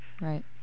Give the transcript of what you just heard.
right